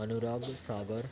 Anurag Sagar